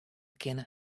kinne